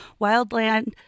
wildland